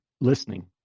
listening